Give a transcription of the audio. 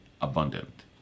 abundant